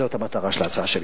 זאת המטרה של ההצעה שלי.